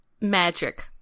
Magic